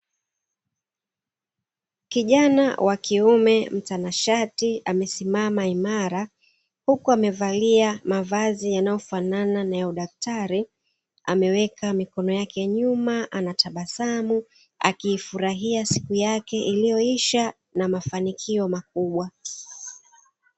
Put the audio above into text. Kijana wa kiume mtanashati amesimama imara huku amevalia mavazi yanayofanana na ya udaktari, ameweka mikono yake nyuma anatabasamu akifurahia siku yake iliyoisha na mafanikio makubwa.